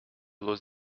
lose